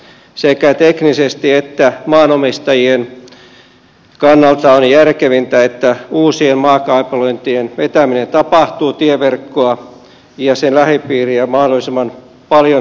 sekä teknisesti että maanomistajien kannalta on järkevintä että uusien maakaapelointien vetäminen tapahtuu tieverkkoa ja sen lähipiiriä mahdollisimman paljon hyväksi käyttäen